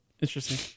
Interesting